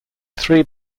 three